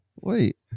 Wait